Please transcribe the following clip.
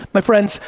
my friends,